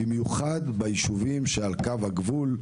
במיוחד בישובים שעל קו הגבול,